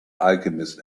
alchemist